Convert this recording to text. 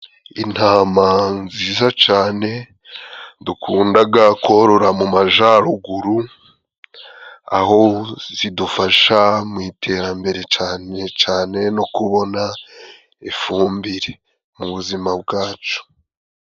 Intama nziza cane, dukundaga korora mu majyaruguru, aho zidufasha mu iterambere cane cane no kubona ifumbire mu buzima bwacu.